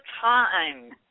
time